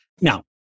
Now